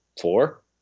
four